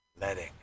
letting